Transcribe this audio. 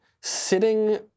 sitting